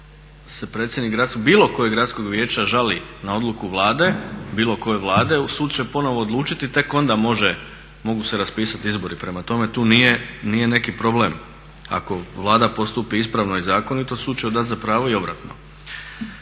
se predsjednik bilo kojeg gradskog vijeća žali na odluku Vlade, bilo koje vlade sud će ponovno odlučiti i tek onda mogu se raspisati izbori. Prema tome, tu nije neki problem ako Vlada postupi ispravo i zakonito sud će … dat za pravo i obranu.